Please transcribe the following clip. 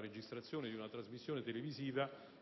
registrazione di una trasmissione televisiva